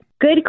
Good